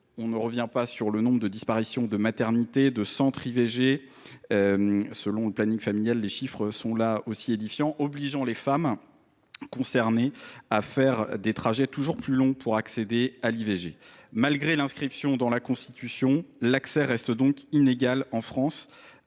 Je ne reviens pas sur le nombre de disparitions de maternités et de centres IVG. Selon le planning familial, les chiffres sont édifiants, et cette situation oblige les femmes concernées à faire des trajets toujours plus longs pour accéder à l’IVG. Malgré l’inscription dans la Constitution, l’accès à l’IVG reste donc inégal en France,